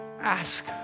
ask